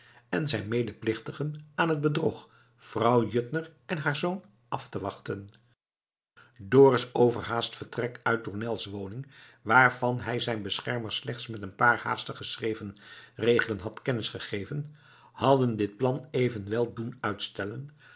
en zijn medeplichtigen aan het bedrog vrouw juttner en haar zoon af te wachten dorus overhaast vertrek uit tournels woning waarvan hij zijn beschermer slechts met een paar haastig geschreven regelen had kennis gegeven hadden dit plan evenwel doen uitstellen